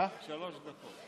שלוש דקות.